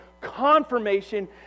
confirmation